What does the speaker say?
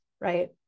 right